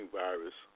virus